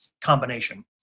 combination